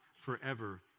forever